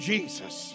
Jesus